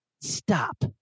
stop